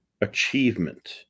achievement